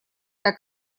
так